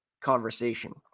conversation